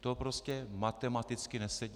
To prostě matematicky nesedí.